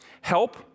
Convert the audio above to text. Help